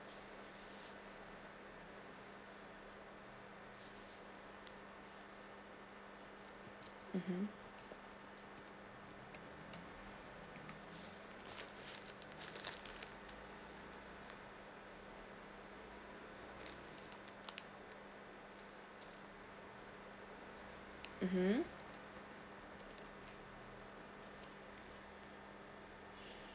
mmhmm mmhmm